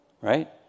Right